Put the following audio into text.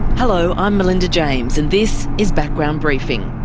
hello, i'm melinda james, and this is background briefing.